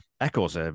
Echoes